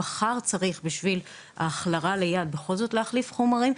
אם מחר צריך בשביל ההכלרה ליד בכל זאת להחליף חומרים,